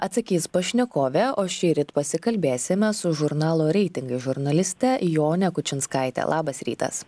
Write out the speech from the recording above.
atsakys pašnekovė o šįryt pasikalbėsime su žurnalo reitingai žurnaliste jone kučinskaite labas rytas